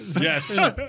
Yes